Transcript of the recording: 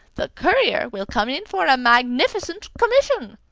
the courier will come in for a magnificent commission.